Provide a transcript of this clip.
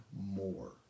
more